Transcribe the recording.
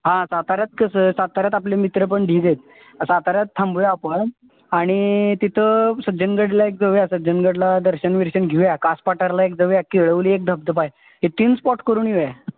हां साताऱ्यात कसं साताऱ्यात आपले मित्र पण ढीग आहेत साताऱ्यात थांबूया आपण आणि तिथं सज्जनगडला एक जाऊया सज्जनगडला दर्शन विर्शन घेऊया कास पठारला एक जाऊया केळवली एक धबधबा आहे हे तीन स्पॉट करून येऊया